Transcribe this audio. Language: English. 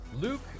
Luke